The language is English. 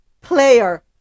player